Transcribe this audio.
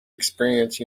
experience